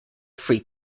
free